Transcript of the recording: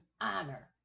honor